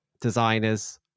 designers